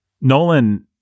Nolan